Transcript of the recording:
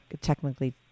technically